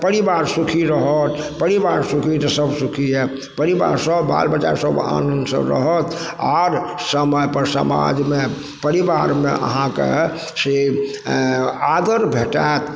परिवार सुखी रहत परिवार सुखी तऽ सब सुखी रहत परिवार सब बाल बच्चा सब आनन्दसँ रहत आर समय पर समाजमे परिवारमे अहाँके से आदर भेटत